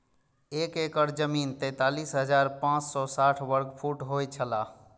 एक एकड़ जमीन तैंतालीस हजार पांच सौ साठ वर्ग फुट होय छला